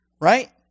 Right